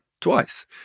twice